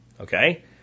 okay